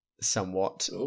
somewhat